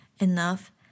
enough